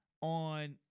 on